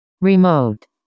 Remote